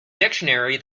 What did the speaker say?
dictionary